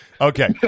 Okay